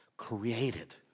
Created